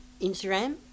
Instagram